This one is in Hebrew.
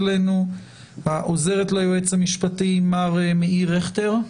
העוזרת ליועץ המשפטי, מר מאיר רכטר,